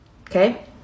okay